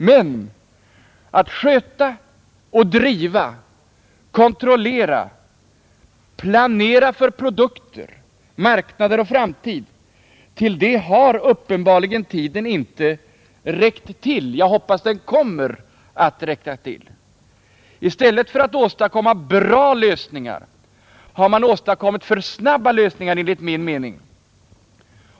Men att sköta och driva, kontrollera, planera för produkter, marknader och framtid — till det har uppenbarligen tiden inte räckt till. Jag hoppas att den kommer att räcka till. I stället för att åstadkomma bra lösningar har man åstadkommit för snabba lösningar, enligt min mening.